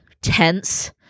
tense